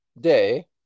day